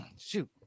shoot